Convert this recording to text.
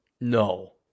No